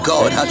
God